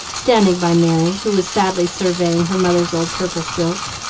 standing by merry, who was sadly surveying her mother's old purple silk,